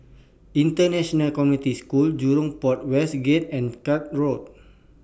International Community School Jurong Port West Gate and Cuff Road